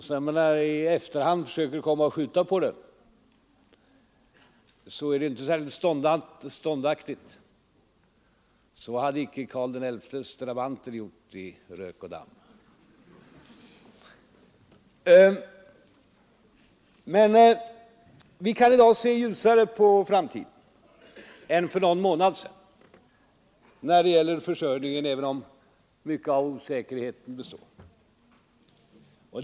När man i efterhand försöker ”skjuta” på oss är det inte särskilt ståndaktigt — så hade inte Karl XI:s drabanter gjort i rök och damm! Vi kan i dag se ljusare på framtiden än för någon månad sedan när det gäller försörjningen, även om mycket av osäkerheten består.